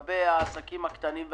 תקראו לסדרנים.